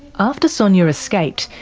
after sonia escaped,